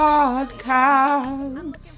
Podcast